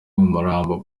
umurambo